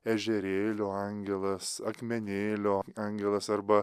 ežerėlio angelas akmenėlio angelas arba